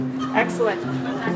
Excellent